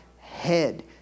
head